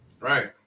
right